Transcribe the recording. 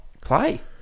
play